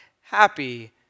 happy